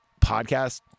podcast